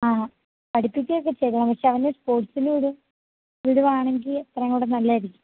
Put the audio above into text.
ആ പഠിത്തത്തിലൊക്കെ ശരിയാണ് പക്ഷേ അവനെ സ്പോർട്സിനുകൂടി വിടുകയാണെങ്കില് അത്രയുംകൂടെ നല്ലതായിരിക്കും